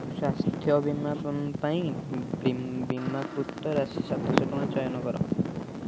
ସ୍ଵାସ୍ଥ୍ୟ ବୀମା ପାଇଁ ବୀମାକୃତ ରାଶି ସାତଶହ ଟଙ୍କା ଚୟନ କର